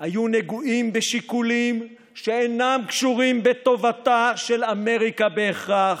היו נגועים בשיקולים שאינם קשורים בטובתה של אמריקה בהכרח,